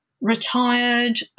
retired